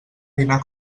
dinar